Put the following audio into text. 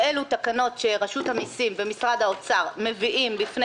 שהן תקנות שרשות המסים ומשרד האוצר מביאים בפני